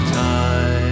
time